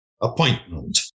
Appointment